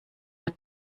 der